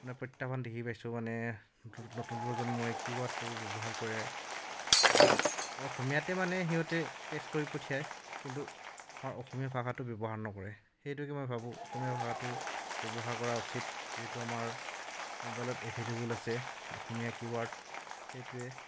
মানে প্ৰত্যাহ্বান দেখি পাইছোঁ মানে নতুন নতুন প্ৰজন্মই কী বোৰ্ডটো ব্যৱহাৰ কৰে অসমীয়াতে মানে সিহঁতে টেক্স কৰি পঠিয়াই কিন্তু আমাৰ অসমীয়া ভাষাটো ব্যৱহাৰ নকৰে সেই হেতুকে মই ভাবোঁ অসমীয়া ভাষাটো ব্যৱহাৰ কৰা উচিত যিহেতু আমাৰ ম'বাইলত এভেইলেবোল আছে অসমীয়া কী ৱৰ্ড সেইটোৱেই